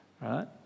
right